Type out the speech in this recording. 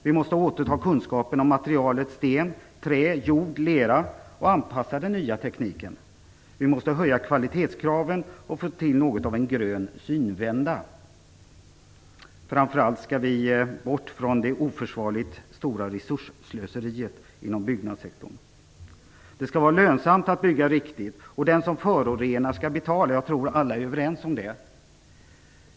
Vi måste återta kunskapen om materialen sten, trä, jord och lera och anpassa den nya tekniken. Vi måste höja kvalitetskraven och få till något av en grön synvända. Vi skall framför allt bort från det oförsvarligt stora resursslöseriet inom byggnadssektorn. Det skall vara lönsamt att bygga riktigt, och den som förorenar skall betala. Jag tror att alla är överens om det.